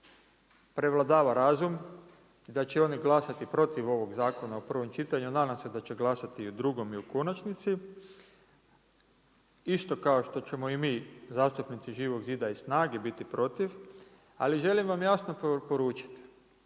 prevladava razum i da će oni glasati protiv ovog zakona u prvom čitanju, nadam se da će glasati i u drugom i u konačnici, isto kao što ćemo i mi zastupnici Živog zida i SNAGA-e biti protiv, ali želim vam jasno poručiti,